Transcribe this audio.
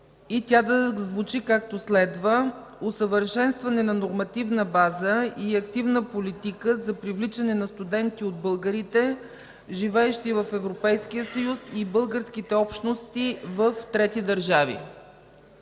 и тя да звучи, както следва: „Усъвършенстване на нормативна база и активна политика за привличане на студенти от българите, живеещи в Европейския съюз и българските общности в трети държави”.